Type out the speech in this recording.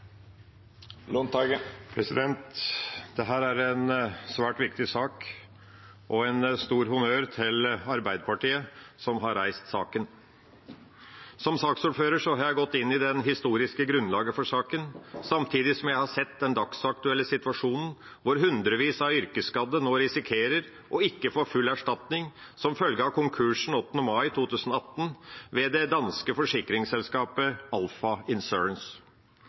er en svært viktig sak, og jeg vil gi en stor honnør til Arbeiderpartiet, som har reist saken. Som saksordfører har jeg gått inn i det historiske grunnlaget for saken, samtidig som jeg har sett den dagsaktuelle situasjonen hvor hundrevis av yrkesskadde nå risikerer ikke å få full erstatning som følge av konkursen 8. mai 2018 ved det danske forsikringsselskapet